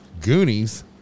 Goonies